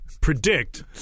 Predict